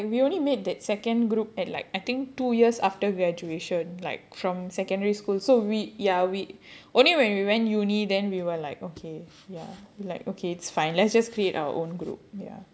ya ya like dude we were they were in like we only made that second group at like I think two years after graduation like from secondary school so we ya we only when we went university then we were like okay ya like okay it's fine let's just create our own group ya